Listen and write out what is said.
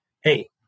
hey